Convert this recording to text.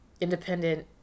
independent